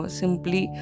simply